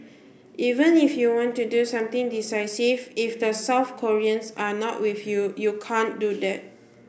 even if you want to do something decisive if the South Koreans are not with you you can't do that